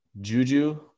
Juju